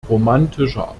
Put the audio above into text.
romantischer